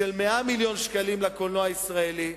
של 100 מיליון שקלים לקולנוע הישראלי.